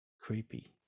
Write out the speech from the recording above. Creepy